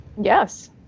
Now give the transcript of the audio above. Yes